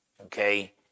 Okay